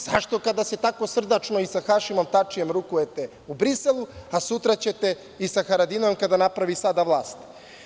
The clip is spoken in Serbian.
Zašto kada se tako srdačno i sa Hašimom Tačijem rukujete u Briselu, a sutra ćete i sa Haradinajem kada napravi sada vlast?